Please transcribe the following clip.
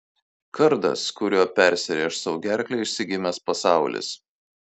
kardas kuriuo persirėš sau gerklę išsigimęs pasaulis